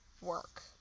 work